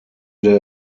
der